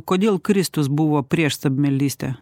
kodėl kristus buvo prieš stabmeldystę